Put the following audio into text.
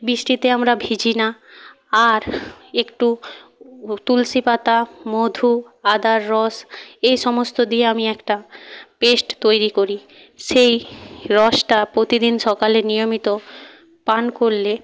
বৃষ্টিতে আমরা ভিজি না আর একটু তুলসী পাতা মধু আদার রস এই সমস্ত দিয়ে আমি একটা পেস্ট তৈরি করি সেই রসটা প্রতিদিন সকালে নিয়মিত পান করলে